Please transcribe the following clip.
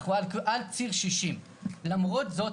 אנחנו על ציר 60. ולמרות זאת,